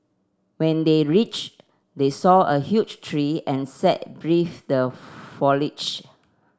when they reached they saw a huge tree and sat beneath the foliage